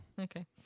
Okay